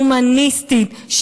הומניסטית,